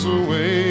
away